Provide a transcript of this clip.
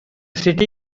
city